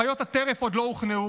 חיות הטרף עוד לא הוכנעו,